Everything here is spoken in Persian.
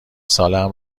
سالهام